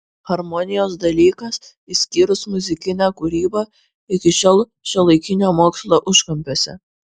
harmonijos dalykas išskyrus muzikinę kūrybą iki šiol šiuolaikinio mokslo užkampiuose